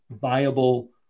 viable